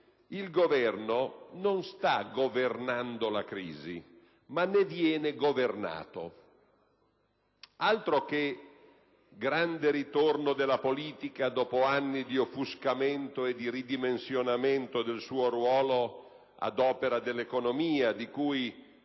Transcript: il Governo non sta governando la crisi, ma ne viene governato. Altro che grande ritorno della politica dopo anni di offuscamento e di ridimensionamento del suo ruolo ad opera dell'economia, di cui